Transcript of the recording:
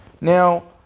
Now